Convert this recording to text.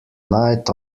night